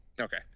okay